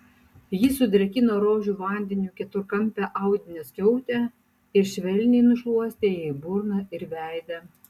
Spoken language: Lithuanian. jis sudrėkino rožių vandeniu keturkampę audinio skiautę ir švelniai nušluostė jai burną ir veidą